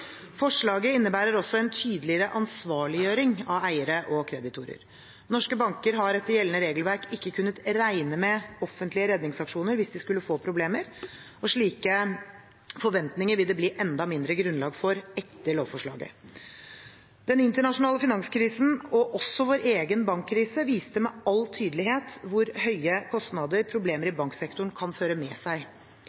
Forslaget innebærer også en tydeligere ansvarliggjøring av eiere og kreditorer. Norske banker har etter gjeldende regelverk ikke kunnet regne med offentlige redningsaksjoner hvis de skulle få problemer, og slike forventninger vil det bli enda mindre grunnlag for etter lovforslaget. Den internasjonale finanskrisen, og også vår egen bankkrise, viste med all tydelighet hvor høye kostnader problemer